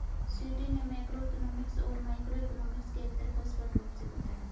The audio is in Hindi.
स्वीटी ने मैक्रोइकॉनॉमिक्स और माइक्रोइकॉनॉमिक्स के अन्तर को स्पष्ट रूप से बताया